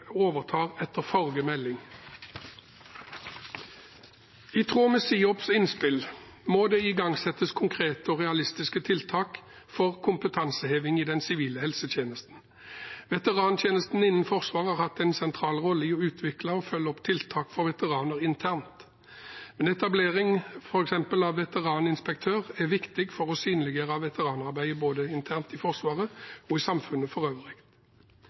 overtar etter forrige melding. I tråd med SIOPS’ innspill må det igangsettes konkrete og realistiske tiltak for kompetanseheving i den sivile helsetjenesten. Veterantjenesten innen Forsvaret har hatt en sentral rolle i å utvikle og følge opp tiltak for veteraner internt. En etablering av f.eks. veteraninspektør er viktig for å synliggjøre veteranarbeidet både internt i Forsvaret og i samfunnet for øvrig.